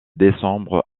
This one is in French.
décembre